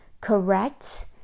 Correct